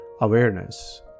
awareness